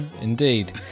Indeed